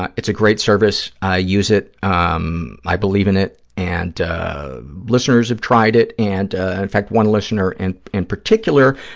it's a great service. i use it. um i believe in it. and listeners have tried it and, ah in fact, one listener and in particular,